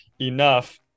enough